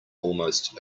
almost